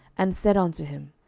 and said unto him,